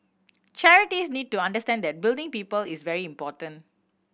charities need to understand that building people is very important